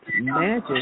magic